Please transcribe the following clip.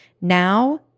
Now